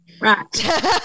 Right